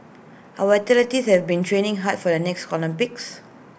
our athletes have been training hard for the next Olympics